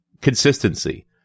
consistency